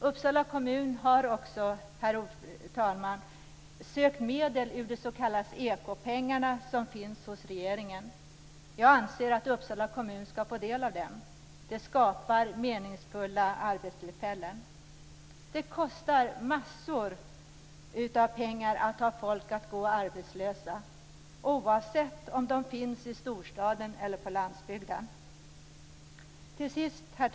Uppsala kommun har sökt medel ur de s.k. ekopengarna som finns hos regeringen. Jag anser att Uppsala kommun bör få del av dem. Det skapar meningsfulla arbetstillfällen. Det kostar samhället massor av pengar att ha människor som går arbetslösa, oavsett om de finns i storstaden eller på landsbygden. Herr talman!